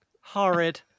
horrid